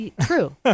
True